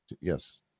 yes